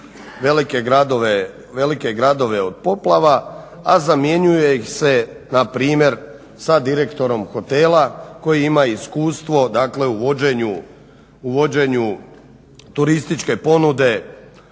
velike gradove od poplava, a zamjenjuje ih se na primjer sa direktorom hotela koji ima iskustvo, dakle u vođenju turističke ponude